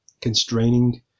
constraining